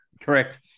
Correct